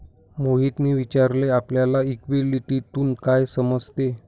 मोहितने विचारले आपल्याला इक्विटीतून काय समजते?